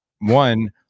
one